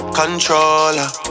controller